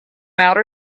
outer